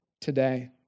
today